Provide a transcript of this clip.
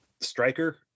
striker